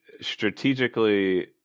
strategically